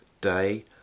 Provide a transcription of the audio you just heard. day